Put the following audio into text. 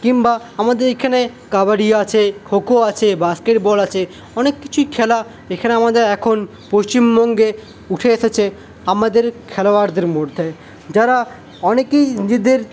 কিংবা আমাদের এখানে কাবাডি আছে খোখো আছে বাস্কেটবল আছে অনেককিছুই খেলা এখানে আমাদের এখন পশ্চিমবঙ্গে উঠে এসেছে আমাদের খেলোয়াড়দের মধ্যে যারা অনেকেই নিজেদের